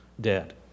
dead